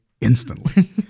instantly